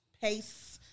pace